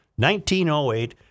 1908